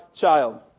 child